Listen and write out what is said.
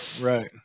right